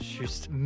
juste